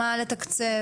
כמה לתקצב?